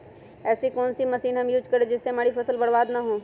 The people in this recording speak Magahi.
ऐसी कौन सी मशीन हम यूज करें जिससे हमारी फसल बर्बाद ना हो?